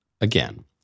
again